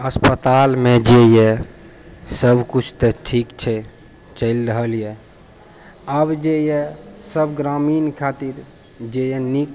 अस्पतालमे जे यऽ सब किछु तऽ ठीक छै चलि रहल यऽ अब जे यऽ सब ग्रामीण खातिर जे नीक